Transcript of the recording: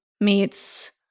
meets